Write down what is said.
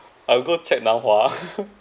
I'll go check Nan Hua